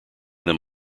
them